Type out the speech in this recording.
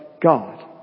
God